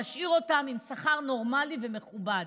להשאיר אותן עם שכר נורמלי ומכובד.